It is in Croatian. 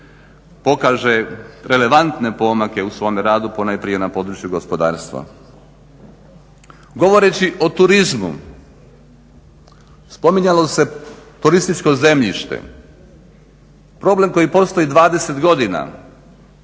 pokaže relevantne pomake u svome radu, ponajprije na području gospodarstva. Govoreći o turizmu spominjalo se turističko zemljište. Problem koji postoji 20 godina,